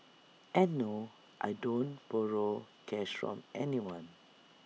and no I don't borrow cash from anyone